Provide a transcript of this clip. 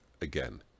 again